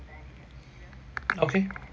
okay